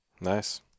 Nice